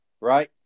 Right